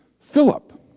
Philip